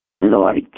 Lord